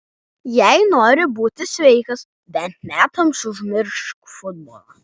jei nori būti sveikas bent metams užmiršk futbolą